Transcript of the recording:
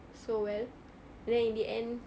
so well then in the end